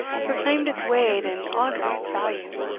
proclaimed its weight and augured its value.